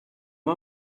moi